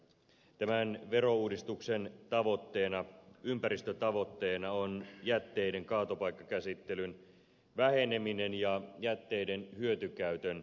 tämän verouudistuksen ympäristötavoitteena on jätteiden kaatopaikkakäsittelyn väheneminen ja jätteiden hyötykäytön lisääminen